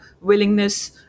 willingness